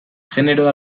genero